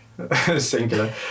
Singular